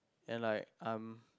and like I'm